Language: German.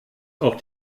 auch